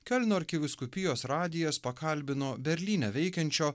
kelnio arkivyskupijos radijas pakalbino berlyne veikiančio